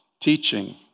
teaching